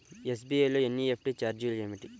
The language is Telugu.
ఎస్.బీ.ఐ లో ఎన్.ఈ.ఎఫ్.టీ ఛార్జీలు ఏమిటి?